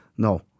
No